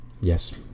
Yes